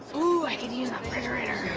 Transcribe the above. ooh, i could use the refrigerator.